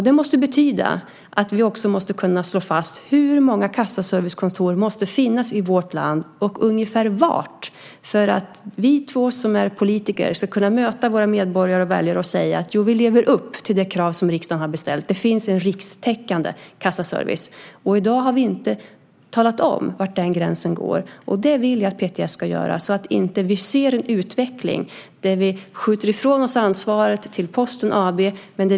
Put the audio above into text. Det måste betyda att vi också måste kunna slå fast hur många kassaservicekontor det ska finnas i vårt land, och ungefär var, för att vi två som politiker ska kunna möta våra medborgare och väljare och säga: Jo, vi lever upp till det krav som riksdagen har ställt, det finns en rikstäckande kassaservice. I dag har vi inte talat om var den gränsen går. Det vill jag att PTS ska göra så att vi inte ser en utveckling där vi skjuter ifrån oss ansvaret till Posten AB.